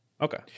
Okay